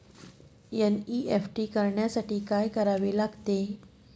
NEFT करण्यासाठी काय करावे लागते?